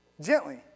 gently